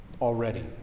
already